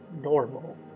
normal